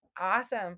Awesome